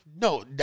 No